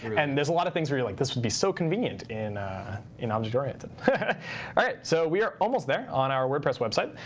and there's a lot of things where you're like, this would be so convenient in in object oriented. all right, so we are almost there on our wordpress website.